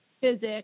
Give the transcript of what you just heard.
physics